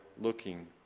looking